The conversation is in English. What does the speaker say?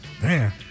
Man